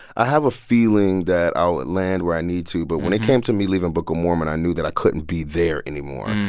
i have a feeling that i'll land where i need to. but when it came to me leaving book of mormon, i knew that i couldn't be there anymore.